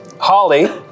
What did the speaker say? Holly